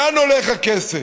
לאן הולך הכסף?